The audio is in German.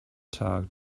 tag